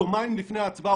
יומיים לפני ההצבעה,